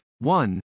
one